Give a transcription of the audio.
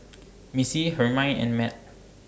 Missy Hermine and Mat